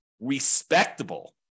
respectable